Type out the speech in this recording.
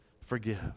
forgive